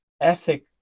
ethic